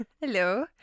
Hello